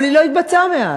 אבל היא לא התבצעה מאז.